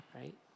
Right